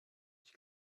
ich